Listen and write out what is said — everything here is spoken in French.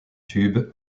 tube